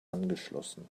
angeschlossen